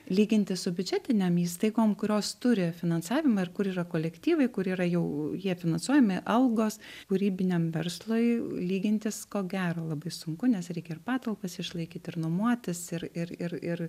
lyginti su biudžetinėm įstaigom kurios turi finansavimą ir kur yra kolektyvai kur yra jau jie finansuojami algos kūrybiniam verslui lygintis ko gero labai sunku nes reikia ir patalpas išlaikyt ir nuomotis ir ir ir ir